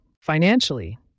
Financially